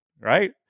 right